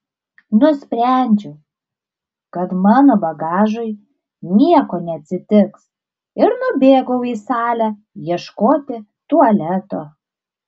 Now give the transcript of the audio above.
nusprendžiau kad mano bagažui nieko neatsitiks ir nubėgau į salę ieškoti tualeto